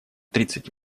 тридцать